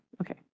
Okay